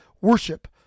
worship